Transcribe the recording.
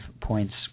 points